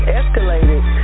escalated